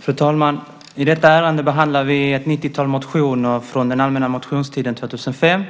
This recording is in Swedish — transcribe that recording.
Fru talman! I detta ärende behandlar vi ett 90-tal motioner från den allmänna motionstiden 2005